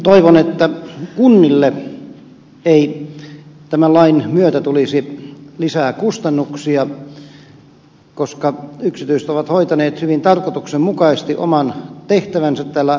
toivon että kunnille ei tämän lain myötä tulisi lisää kustannuksia koska yksityiset ovat hoitaneet hyvin tarkoituksenmukaisesti oman tehtävänsä tällä alueella